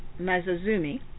Mazazumi